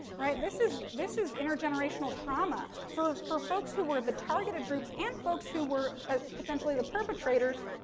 right? this is this is inter-generational trauma, for for folks who were the targeted groups, and folks who were ah potentially the perpetrators.